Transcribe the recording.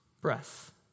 Breath